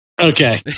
Okay